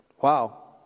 Wow